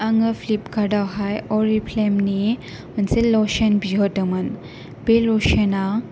आङो Flipkart आव हाय अरिफ्लेमनि मोनसे लसोन बिहरदोंमोन बे लसोना